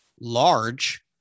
large